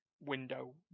window